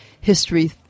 history